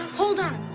hold on.